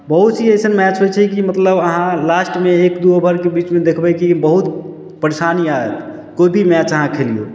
बहुत ही एसन मैच होइ छै की मतलब अहाँ लास्टमे एक दू ओभरके बीचमे देखबै कि बहुत परेशानी आयत कोई भी मैच अहाँ खेलियौ